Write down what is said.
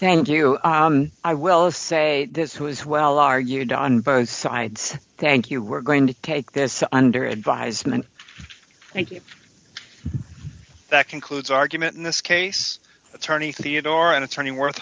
thank you i will say this who is well argued on both sides thank you we're going to take this under advisement thank you that concludes argument in this case attorney theodore an attorney worth